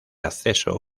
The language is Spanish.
acceso